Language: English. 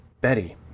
Betty